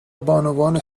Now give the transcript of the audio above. بانوان